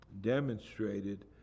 demonstrated